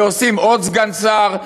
ועושים עוד סגן שר,